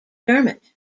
dermot